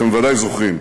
אתם ודאי זוכרים,